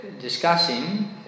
discussing